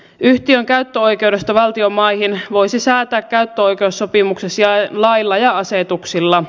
yhtiön käyttöoikeudesta valtion maihin voisi säätää käyttöoikeussopimuksen sijaan lailla ja asetuksilla